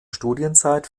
studienzeit